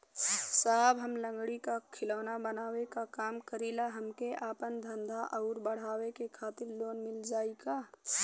साहब हम लंगड़ी क खिलौना बनावे क काम करी ला हमके आपन धंधा अउर बढ़ावे के खातिर लोन मिल जाई का?